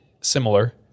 similar